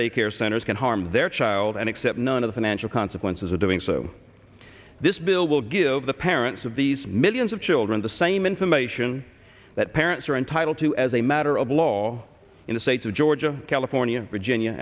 daycare centers can harm their child and accept none of the financial consequences of doing so this bill will give the parents of these millions of children the same information that parents are entitled to as a matter of law in the state of georgia california virginia